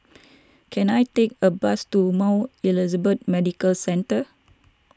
can I take a bus to Mount Elizabeth Medical Centre